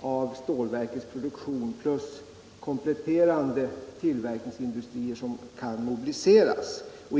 av stålverkets produktion plus kompletterande tillverkningar som kan mobiliseras.